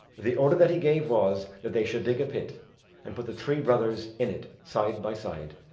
the order that he gave was that they should dig a pit and put the three brothers in it side by side.